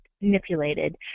manipulated